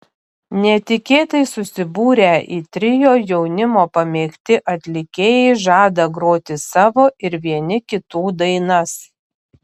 netikėtai susibūrę į trio jaunimo pamėgti atlikėjai žada groti savo ir vieni kitų dainas